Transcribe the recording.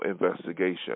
investigation